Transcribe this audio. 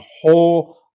whole